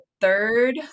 third